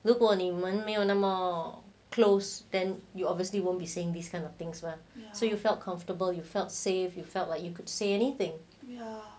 如果你们没有那么 close then you obviously won't be seeing these kind of things [one] so you felt comfortable you felt safe you felt like you could say anything ya